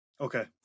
Okay